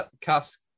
cast